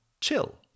chill